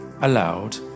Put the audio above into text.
aloud